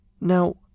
Now